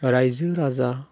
राइजो राजा